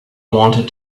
wanted